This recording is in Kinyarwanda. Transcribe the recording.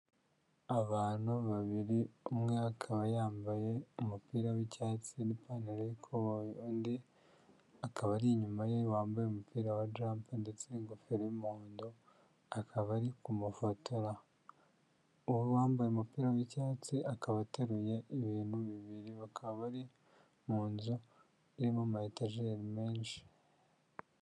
Abantu babiri umwe akaba yambaye umupira w'icyatsi n'ipanta y'ioboyi. Undi akaba ari inyuma ye wambaye umupira wa japa ndetse n'ingofero y'umuhondo, akaba arikumafotora. Uwambaye umupira w'icyatsi akaba ateruye ibintu bibiri, bakaba bari mu nzu irimo amaetajeri menshi.